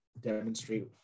demonstrate